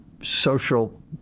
social